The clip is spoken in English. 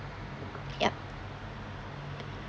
ya